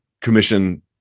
commission